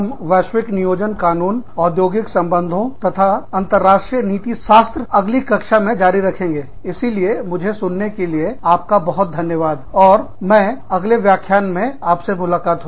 हम वैश्विक नियोजन रोजगार कानून औद्योगिक संबंधों तथा अंतरराष्ट्रीय नीति शास्त्र अगली कक्षा में जारी रखेंगे इसीलिए मुझे सुनने के लिए आपका बहुत धन्यवाद और मैं अगले व्याख्यान में आपसे मुलाकात होगी